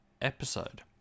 episode